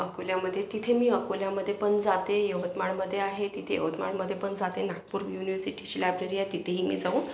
अकोल्यामध्ये तिथे मी अकोल्यामध्ये पण जाते यवतमाळमध्ये आहे तिथे यवतमाळमध्ये पण जाते नागपूर युनिवर्सिटीची लायब्ररी आहे तिथेही मी जाऊन